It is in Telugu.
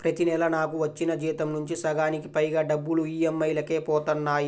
ప్రతి నెలా నాకు వచ్చిన జీతం నుంచి సగానికి పైగా డబ్బులు ఈ.ఎం.ఐ లకే పోతన్నాయి